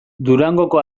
durangoko